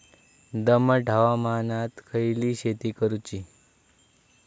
दमट हवामानात खयली शेती करूची?